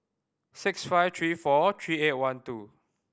six five three four three eight one two